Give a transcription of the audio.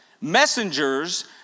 messengers